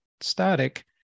static